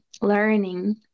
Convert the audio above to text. learning